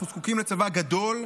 אנחנו זקוקים לצבא גדול,